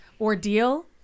ordeal